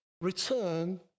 return